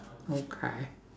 okay